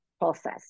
process